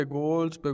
goals